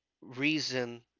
reason